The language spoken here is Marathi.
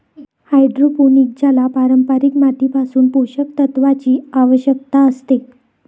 हायड्रोपोनिक ज्याला पारंपारिक मातीपासून पोषक तत्वांची आवश्यकता असते